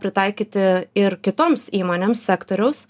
pritaikyti ir kitoms įmonėms sektoriaus